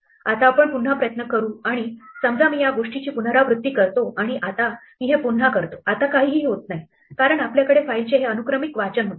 आता आपण पुन्हा प्रयत्न करू आणि करू समजा मी या गोष्टीची पुनरावृत्ती करतो आणि आता मी हे पुन्हा करतो आता काहीही होत नाही कारण आपल्याकडे फाईलचे हे अनुक्रमिक वाचन होते